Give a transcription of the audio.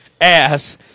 Ass